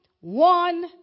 one